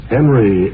Henry